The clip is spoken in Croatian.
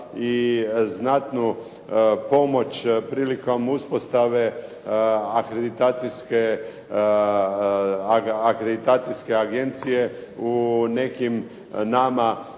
i znatnu pomoć prilikom uspostave akreditacijske agencije u nekim nama